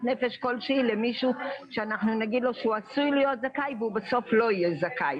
נפש כלשהי למישהו שנגיד לו שהוא עשוי להיות זכאי ובסוף לא יהיה זכאי.